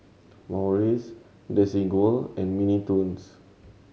Morries Desigual and Mini Toons